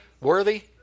worthy